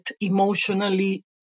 emotionally